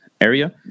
area